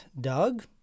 Doug